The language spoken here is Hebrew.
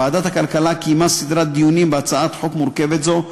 ועדת הכלכלה קיימה סדרת דיונים בהצעת חוק מורכבת זו,